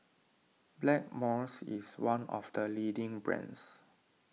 Blackmores is one of the leading brands